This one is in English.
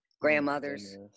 Grandmothers